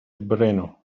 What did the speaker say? brno